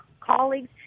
colleagues